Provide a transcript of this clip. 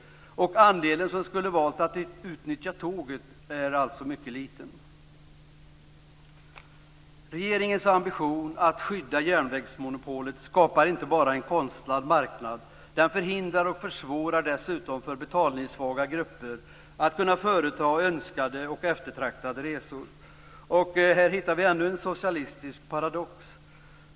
Andelen som annars skulle ha valt att utnyttja tåget är alltså mycket liten. Regeringens ambition att skydda järnvägsmonopolet skapar inte bara en konstlad marknad. Den förhindrar och försvårar dessutom för betalningssvaga grupper att företa önskade och eftertraktade resor. Här hittar vi ännu en socialistisk paradox.